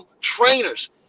trainers